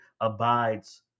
abides